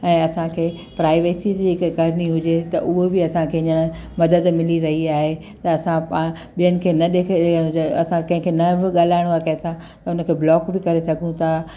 ऐं असांखे प्राइवेसी जीअं की करिणी हुजे त उहो बि असांखे हीअंर मदद मिली रही आहे त असां पाण ॿियनि खे न ॾेखे असां कंहिंखें न बि ॻाल्हाइणो आ कंहिंखा उन खे ब्लॉक बि करे सघूं था